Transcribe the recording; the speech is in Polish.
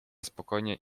spokojnie